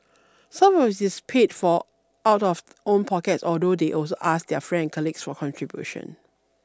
some of it is paid for out of own pockets although they also ask their friend and colleagues for contributions